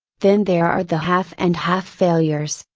then there are the half and half failures,